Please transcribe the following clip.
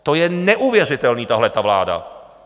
To je neuvěřitelné, tahleta vláda.